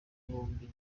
bombi